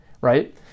right